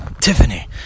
tiffany